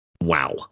Wow